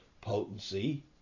potency